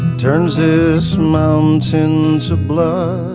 turns is mountains of blood